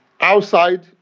outside